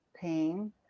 pain